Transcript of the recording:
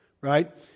Right